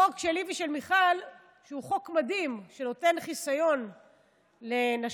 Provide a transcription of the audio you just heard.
חוק שלי ושל מיכל שהוא חוק מדהים שנותן חיסיון לנשים,